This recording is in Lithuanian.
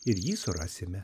ir jį surasime